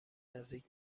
نزدیک